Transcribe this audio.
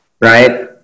right